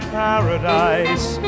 paradise